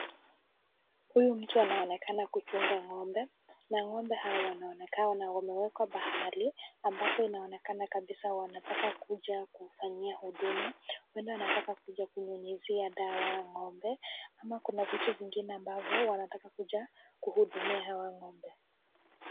Huu mtu anaonekana kuchunga ng'ombe na ngo'mbe hawa wanaonekana wamewekwa mahali ambapo inaonekana kabisa wanataka kuja kufanyia huduma wengine wanataka kukuja kunyunyizia dawa ng'ombe ama kuna vitu zingine ambavyo wanataka kuja kuhudumia hawa ng'ombe.